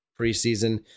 preseason